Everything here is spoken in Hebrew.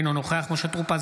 אינו נוכח משה טור פז,